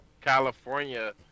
California